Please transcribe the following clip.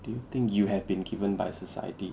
do you think you have been given by society